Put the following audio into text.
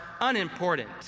unimportant